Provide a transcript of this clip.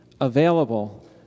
available